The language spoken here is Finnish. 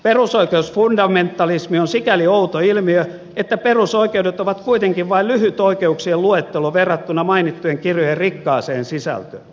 perusoikeusfundamentalismi on sikäli outo ilmiö että perusoikeudet ovat kuitenkin vain lyhyt oikeuksien luettelo verrattuna mainittujen kirjojen rikkaaseen sisältöön